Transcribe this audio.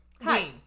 Hi